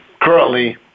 currently